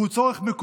והוא צורך מקומי,